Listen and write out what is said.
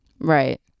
Right